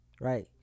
Right